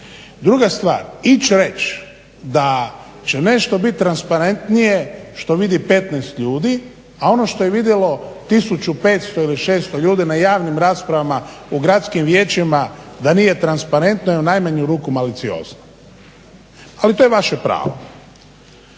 Druga stvar, ići reći da će nešto biti transparentnije što vidi 15 ljudi, a ono što je vidjelo 1500 ili 1600 ljudi na javnim raspravama u gradskim vijećima da nije transparentno je u najmanju ruku maliciozno. Ali to je vaše pravo.